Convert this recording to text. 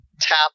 tap